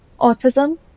autism